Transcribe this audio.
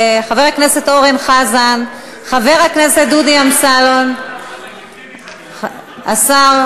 חבר הכנסת אורן חזן, חבר הכנסת דודי אמסלם, השר